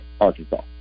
Arkansas